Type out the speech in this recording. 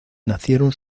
nacieron